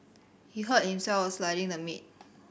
he hurt himself while slicing the meat